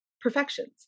perfections